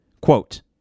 Quote